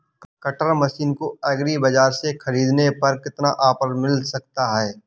Cutter machine को agri बाजार से ख़रीदने पर कितना ऑफर मिल सकता है?